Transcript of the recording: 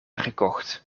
gekocht